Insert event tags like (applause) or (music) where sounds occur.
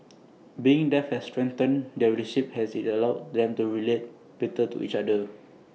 (noise) being deaf has strengthened their relationship as IT allowed (noise) them to relate better to each other